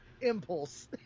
impulse